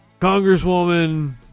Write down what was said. Congresswoman